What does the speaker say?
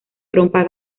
trompa